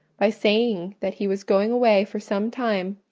by saying that he was going away for some time,